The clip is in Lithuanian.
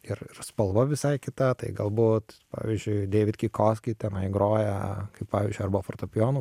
ir ir spalva visai kita tai galbūt pavyzdžiui deivid kikoski tenai groja kaip pavyzdžiui arba fortepijonu